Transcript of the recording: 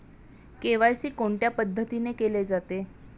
KYC कोणत्या पद्धतीने केले जाते?